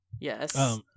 Yes